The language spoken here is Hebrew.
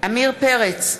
עמיר פרץ,